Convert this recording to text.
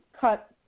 cut